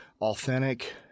authentic